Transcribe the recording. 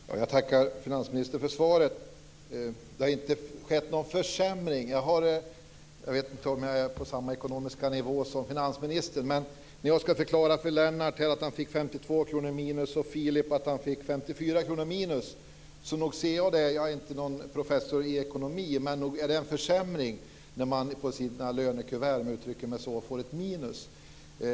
Fru talman! Jag tackar finansministern för svaret. Det har inte skett någon försämring, säger finansministern. Jag vet inte om jag är på samma ekonomiska nivå som han är. Men när jag ska förklara för Lennart att han fick minus 52 kr och för Filip att han fick minus 54 kr så nog ser jag att det är en försämring. Jag är inte professor i ekonomi, men nog är det en försämring när man i sitt lönekuvert, om jag uttrycker mig så, får ett minus.